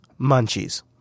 Munchies